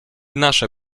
nasze